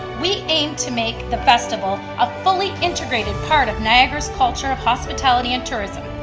we aim to make the festival a fully integrated part of niagara's culture of hospitality and tourism,